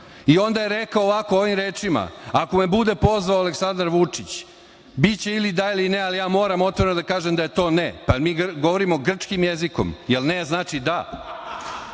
i onda je rekao ovako, ovim rečima - Ako me bude pozvao Aleksandar Vučić, biće ili da ili ne, a ja moram otvoreno da kažem da je to "ne". Jel mi govorimo grčkim jezikom? Jel "ne" znači "da"?